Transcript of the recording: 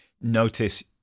notice